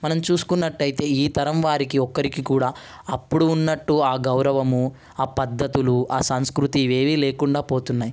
మనం చూసుకున్నట్లయితే ఈ తరం వారికి ఒక్కరికి కూడా అప్పుడు ఉన్నట్టు గౌరవము పద్ధతులు సంస్కృతి ఇవేమి లేకుండా పోతున్నాయి